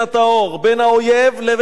בין האויב לבין האוהב,